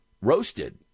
roasted